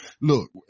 look